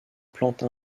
plante